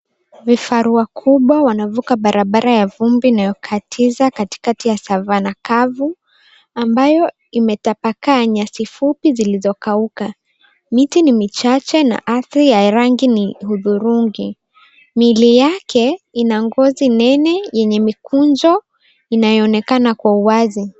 Vifaru wakubwa wavuka barabara ya vumbi inayokatiza katikati ya savanna kavu ambayo imetapakaa nyasi fupi ziliyokauka. Miti ni michache na ardhi ya rangi ni udhurungi, miili yake ina ngozi nene yenye mikunjo inayoonekana kwa uwazi.